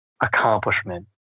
accomplishment